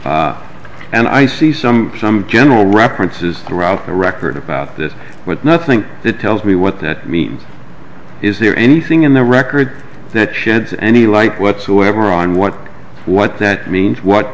and i see some some general references throughout the record about this but nothing that tells me what that means is there anything in the record that sheds any light whatsoever on what what that means what